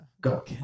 Go